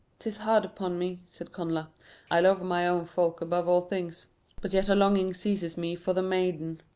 tis hard upon me, said connla i love my own folk above all things but yet longing seizes me for the maiden.